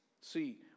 See